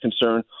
concern